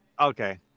okay